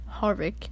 Harvick